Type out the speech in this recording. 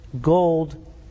gold